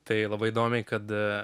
tai labai įdomiai kad